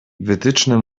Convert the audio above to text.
wytyczne